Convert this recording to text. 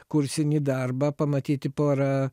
kursinį darbą pamatyti porą